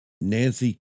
Nancy